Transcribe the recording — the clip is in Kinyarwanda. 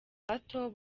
bato